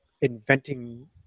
inventing